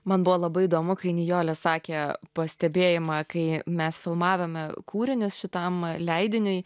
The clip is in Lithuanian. man buvo labai įdomu kai nijolė sakė pastebėjimą kai mes filmavome kūrinius šitam leidiniui